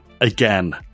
again